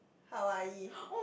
Hawaii